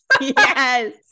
yes